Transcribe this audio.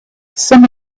some